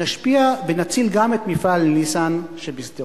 נשפיע ונציל גם את מפעל "ניסן" בשדרות.